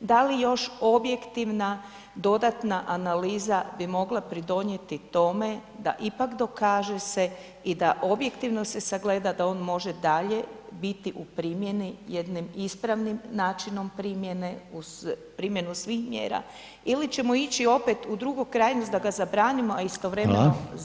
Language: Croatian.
da li još objektivna dodatna analiza bi mogla pridonijeti tome da ipak dokaže se i da objektivno se sagleda da on može dalje biti u primjeni jednim ispravnim načinom primjene uz primjenu svih mjera ili ćemo ići opet u drugu krajnost da ga zabranimo, a istovremeno [[Upadica: Hvala.]] zamijenimo nečim još